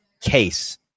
case